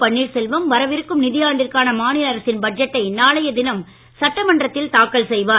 பன்னீர்செல்வம் வரவிருக்கும் நிதி ஆண்டிற்கான மாநில அரசின் பட்ஜெட்டை நாளைய தினம் சட்டமன்றத்தில் தாக்கல் செய்வார்